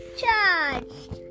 charged